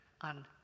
on